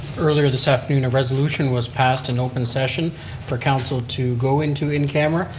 earlier this afternoon, a resolution was passed in open session for council to go into in-camera.